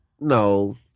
no